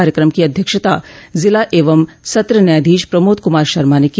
कार्यक्रम की अध्यक्षता जिला एवं सत्र न्यायाधीश प्रमोद कुमार शर्मा ने की